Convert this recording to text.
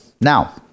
Now